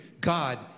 God